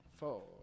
four